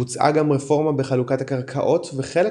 בוצעה גם רפורמה בחלוקת הקרקעות וחלקן